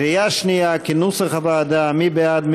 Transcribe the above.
קריאה שנייה, כנוסח הוועדה, מי בעד?